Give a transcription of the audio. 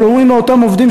אבל לא עם אותם עובדים,